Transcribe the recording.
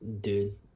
dude